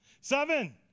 Seven